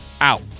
out